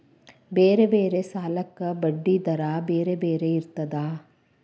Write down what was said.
ಬೇರೆ ಬೇರೆ ಸಾಲಕ್ಕ ಬಡ್ಡಿ ದರಾ ಬೇರೆ ಬೇರೆ ಇರ್ತದಾ?